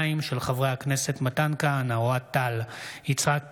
חברי הכנסת מתן כהנא, אוהד טל, יצחק פינדרוס,